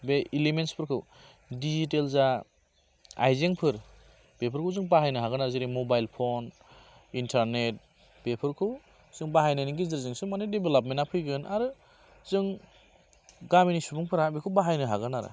बे इलिमेन्टसफोरखौ डिजिटेल जा आयजेंफोर बेफोरखौ जों बाहायनो हागोन आरो जेरै मबाइल फन इन्टारनेट बेफोरखौ जों बाहायनायनि गेजेरजोंसो माने डेभेलपमेन्टआ फैगोन जों गामिनि सुबुंफोरा बेखौ बाहायनो हागोन आरो